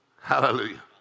Hallelujah